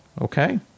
Okay